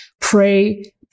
pray